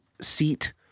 seat